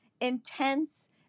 intense